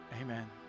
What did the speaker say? amen